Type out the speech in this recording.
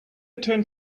turned